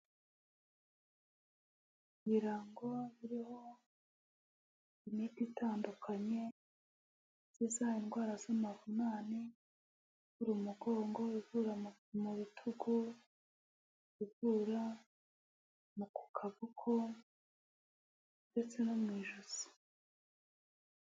Ibirango biriho imiti itandukanye, ikiza indwara z'amahumane, ivura umugongo, ivura mu bitugu, ivura no ku kaboko ndetse no mu ijosi.